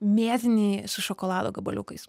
mėtiniai su šokolado gabaliukais